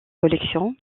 collection